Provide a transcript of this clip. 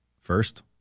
First